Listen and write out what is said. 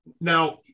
Now